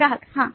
ग्राहक हाँ